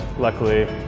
luckily,